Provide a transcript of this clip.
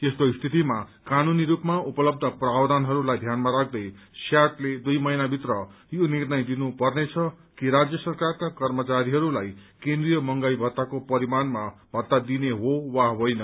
यस्तो स्थितिमा कानूनी रूपमा उपलब्ध प्रावधानहरूलाई ध्यानमा राख्दै स्याटले दुइ महिनाभित्र यो निर्णय लिनु पर्नेछ कि राज्य सरकारका कर्मचारीहस्लाई केन्द्रीय महंगाई भत्ताको परिमाणमा भत्ता दिनु हो वा होइन